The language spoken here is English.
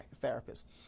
therapist